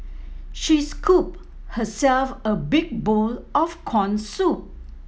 she scooped herself a big bowl of corn soup